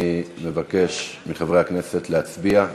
אני מבקש מחברי הכנסת להצביע.